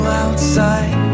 outside